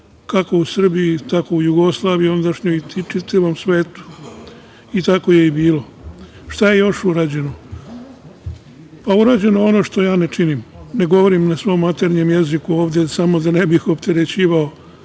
kako u Srbiji, tako u ondašnjoj Jugoslaviji i čitavom svetu, i tako je i bilo. Šta je još urađeno? Urađeno je ono što ja ne činim, ne govorim na svom maternjem jeziku ovde samo da ne bih opterećivao